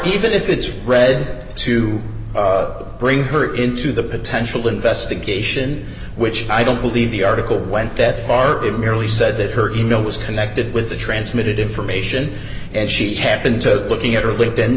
even if it's read to bring her into the potential investigation which i don't believe the article went that far but merely said that her email was connected with the transmitted information and she happened to looking at her